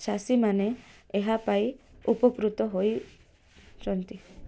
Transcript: ଚାଷୀମାନେ ଏହା ପାଇ ଉପକୃତ ହୋଇଛନ୍ତି